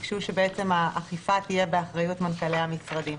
ביקשו שבעצם האכיפה תהיה באחריות מנכ"לי המשרדים.